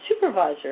supervisor